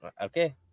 okay